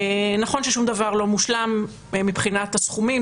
נכון ששום דבר לא מושלם מבחינת הסכומים,